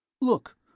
Look